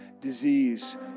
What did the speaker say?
disease